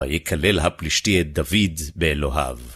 ויקלל הפלישתי את דוד באלוהיו.